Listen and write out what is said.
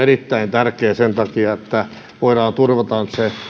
erittäin tärkeää sen takia että voidaan turvata